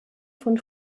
von